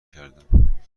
کردم